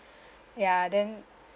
ya then